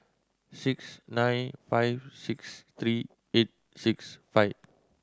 six nine five six three eight six five